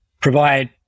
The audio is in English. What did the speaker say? provide